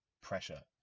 pressure